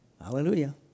hallelujah